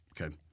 Okay